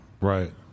Right